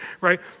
right